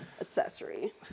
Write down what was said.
accessory